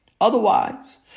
Otherwise